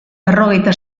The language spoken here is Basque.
berrogeita